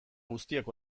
guztiak